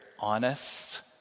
honest